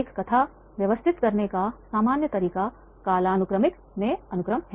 एक कथा व्यवस्थित करने का सामान्य तरीका कालानुक्रमिक में अनुक्रम है